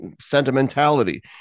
sentimentality